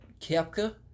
Kepka